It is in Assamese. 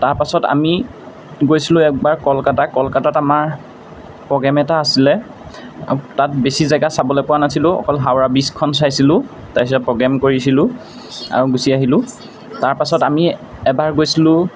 তাৰপাছত আমি গৈছিলোঁ একবাৰ কলকাতা কলকাতাত আমাৰ প্ৰগ্ৰেম এটা আছিলে তাত বেছি জেগা চাবলৈ পোৱা নাছিলোঁ অকল হাৱৰা ব্ৰিজখন চাইছিলোঁ তাৰপিছত প্ৰগ্ৰেম কৰিছিলোঁ আৰু গুচি আহিলোঁ তাৰপাছত আমি এবাৰ গৈছিলোঁ